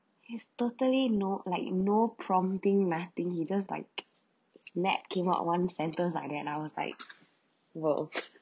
he's totally no like no prompting nothing he just like snap came out one sentence like then I was like !whoa!